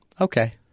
Okay